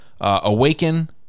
Awaken